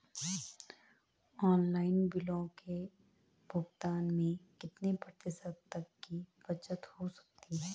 Online बिलों के भुगतान में कितने प्रतिशत तक की बचत हो सकती है?